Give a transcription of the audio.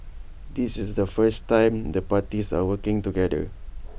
this is the first time the parties are working together